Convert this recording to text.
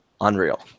Unreal